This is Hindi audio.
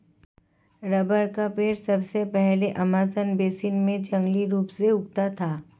रबर का पेड़ सबसे पहले अमेज़न बेसिन में जंगली रूप से उगता था